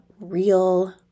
real